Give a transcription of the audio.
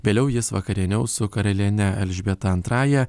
vėliau jis vakarieniaus su karaliene elžbieta antrąja